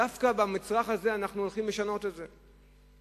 דווקא במצרך הזה אנחנו הולכים לשנות את זה.